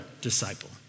disciple